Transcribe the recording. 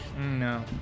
No